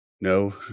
no